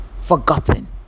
forgotten